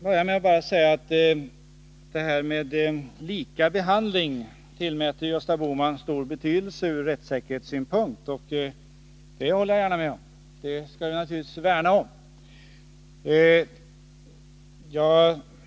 Herr talman! Detta med lika behandling är något som Gösta Bohman tillmäter stor betydelse ur rättssäkerhetssynpunkt. Det håller jag gärna med om. Den skall vi naturligtvis värna om.